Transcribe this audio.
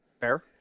Fair